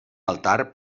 altar